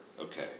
Okay